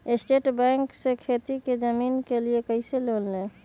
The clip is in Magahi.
स्टेट बैंक से खेती की जमीन के लिए कैसे लोन ले?